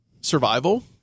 survival